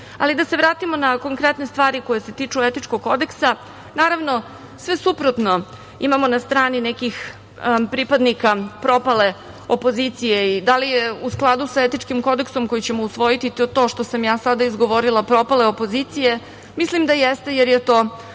se vratimo na konkretne stvari koje se tiču etičkog kodeksa. Naravno, sve suprotno imamo na strani nekih pripadnika propale opozicije. Da li je u skladu sa etičkim kodeksom koji ćemo usvojiti to što sam ja sada izgovorila - propale opozicije? Mislim da jeste, jer je to